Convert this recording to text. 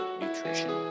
nutrition